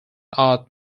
art